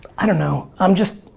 i don't know. i'm just,